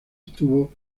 estuvo